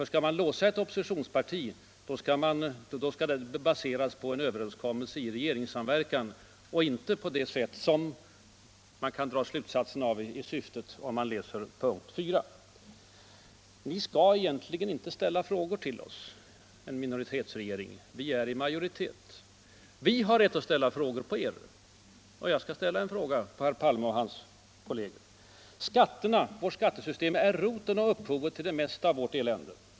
Skall man låsa ett oppositionsparti, skall detta baseras på en överenskommelse i regeringssamverkan och inte på det sätt som tycks vara syftet med punkten 4. En minoritetsregering skall egentligen inte ställa frågor till oss. Vi är i majoritet. Vi har rätt att ställa frågor till er, och jag skall ställa en fråga till herr Palme och hans kolleger. Vårt skattesystem är roten och upphovet till det mesta av vårt elände.